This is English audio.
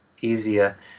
easier